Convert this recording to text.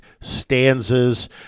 stanzas